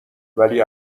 ولی